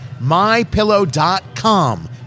MyPillow.com